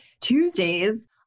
Tuesdays